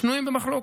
שנויים במחלוקת,